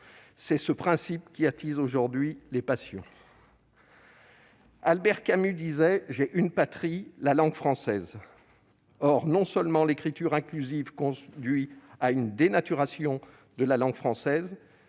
C'est ce principe qui attise aujourd'hui les passions. Albert Camus disait :« J'ai une patrie : la langue française. » Or non seulement l'écriture inclusive conduit à une dénaturation de la langue française,